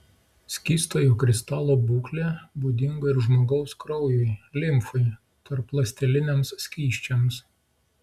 skystojo kristalo būklė būdinga ir žmogaus kraujui limfai tarpląsteliniams skysčiams